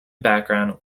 background